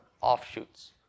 offshoots